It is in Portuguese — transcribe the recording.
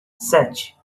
sete